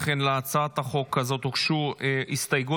אכן, להצעת החוק הזאת הוגשו הסתייגות